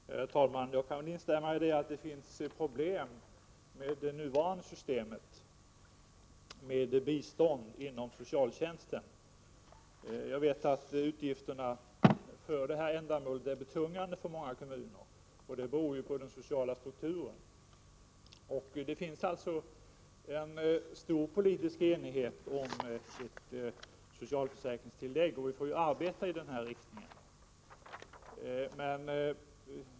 Herr talman! Jag kan instämma i att det finns problem med det nuvarande bidragssystemet vad gäller socialtjänsten. Jag vet att utgifterna för det här ändamålet är betungande för många kommuner. Det beror på den sociala strukturen. Det finns alltså en stor politisk enighet om ett socialförsäkringstillägg. Vi får arbeta i den riktningen.